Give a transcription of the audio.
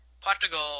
Portugal